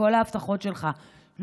מכל ההבטחות שלך,